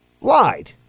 lied